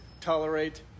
tolerate